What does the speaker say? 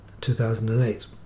2008